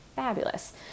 fabulous